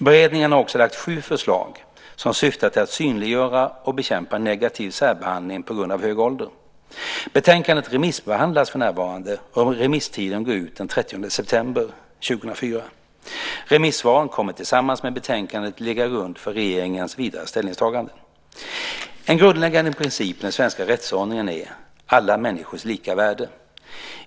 Beredningen har också lagt sju förslag som syftar till att synliggöra och bekämpa negativ särbehandling på grund av hög ålder. Betänkandet remissbehandlas för närvarande, och remisstiden går ut den 30 september 2004. Remissvaren kommer tillsammans med betänkandet att ligga till grund för regeringens vidare ställningstaganden. En grundläggande princip i den svenska rättsordningen är alla människors lika värde.